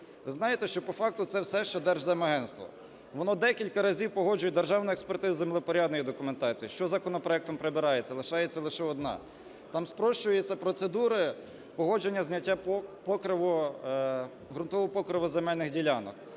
Ви знаєте, що по факту це все ще Держземагентство. Воно декілька разів погоджує державну експертизу землевпорядної документації, що законопроектом прибирається, лишається лише одна. Там спрощуються процедури погодження зняття покриву, ґрунтового покриву земельних ділянок.